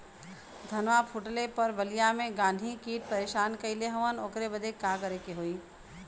धनवा फूटले पर बलिया में गान्ही कीट परेशान कइले हवन ओकरे बदे का करे होई?